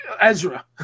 Ezra